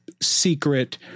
secret